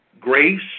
grace